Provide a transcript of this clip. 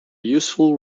useful